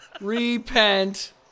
Repent